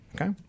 Okay